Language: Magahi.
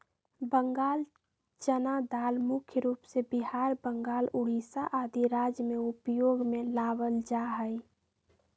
बंगाल चना दाल मुख्य रूप से बिहार, बंगाल, उड़ीसा आदि राज्य में उपयोग में लावल जा हई